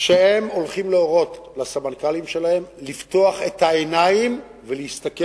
שהם הולכים להורות לסמנכ"לים שלהם לפתוח את העיניים ולהסתכל